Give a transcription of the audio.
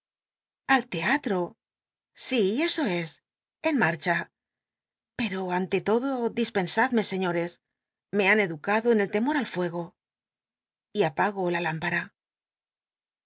al teatro si eso es en marcha pero ante lodo dispettsadine señores me han educado en el temor al fuego y apago la himpara